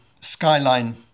skyline